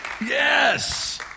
Yes